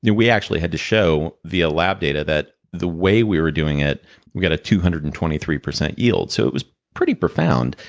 we actually had to show, via lab data, that the way we were doing it, we got a two hundred and twenty three percent yield so it was pretty profound.